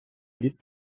від